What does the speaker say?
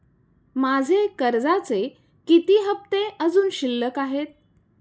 माझे कर्जाचे किती हफ्ते अजुन शिल्लक आहेत?